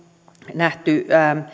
nähty